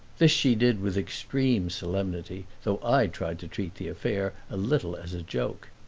this she did with extreme solemnity, though i tried to treat the affair a little as a joke.